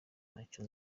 ntacyo